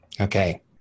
okay